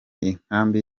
inkambi